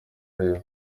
areba